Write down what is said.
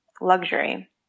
luxury